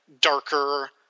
darker